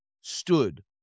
stood